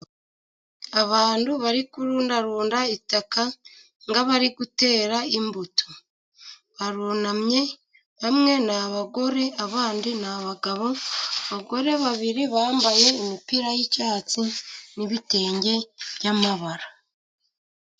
Abantu bari kurundarunda itaka nk'abari gutera imbuto. Barunamye bamwe ni abagore abandi ni abagabo. Abagore babiri bambaye imipira y'icyatsi, n'ibitenge by'amabara.